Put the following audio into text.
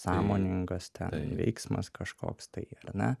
sąmoningas ten veiksmas kažkoks tai ar ne